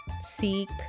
seek